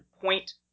Point